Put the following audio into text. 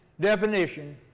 definition